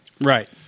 Right